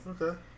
Okay